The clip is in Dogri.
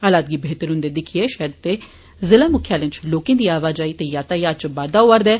हालात गी बेहतर हुन्दे दिक्खिएं शैहर ते जिला मुख्यालयें इच लोकें दी आवाजाई ते यातायात इच बाद्वा होआ करदा ऐ